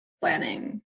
planning